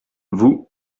vous